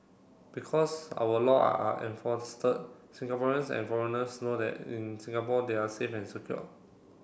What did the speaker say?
because our law are Singaporeans and foreigners know that in Singapore they are safe and secured